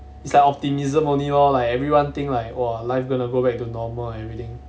it's like optimism only lor like everyone think like !wah! life gonna go back to normal everything